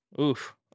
Oof